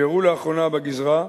שאירעו לאחרונה בגזרה,